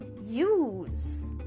use